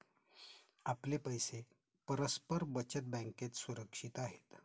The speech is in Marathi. आपले पैसे परस्पर बचत बँकेत सुरक्षित आहेत